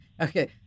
Okay